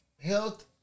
Health